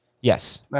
Yes